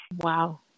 Wow